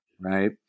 Right